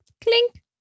Clink